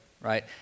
right